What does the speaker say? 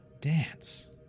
dance